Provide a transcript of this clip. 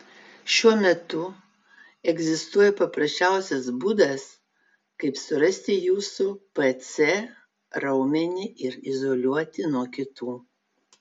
šiuo metu egzistuoja paprasčiausias būdas kaip surasti jūsų pc raumenį ir izoliuoti nuo kitų